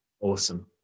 awesome